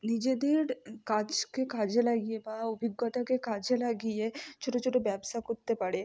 নিজেদের কাজকে কাজে লাগিয়ে পাওয়া অভিজ্ঞতাকে কাজে লাগিয়ে ছোট ছোট ব্যবসা করতে পারে